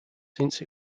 since